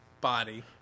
body